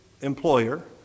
employer